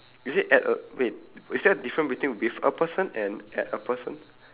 is it at a wait is there a difference between with a person and at a person